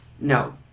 No